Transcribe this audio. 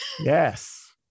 Yes